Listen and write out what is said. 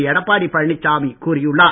எடப்பாடி பழனிசாமி கூறியுள்ளார்